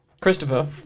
Christopher